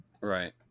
right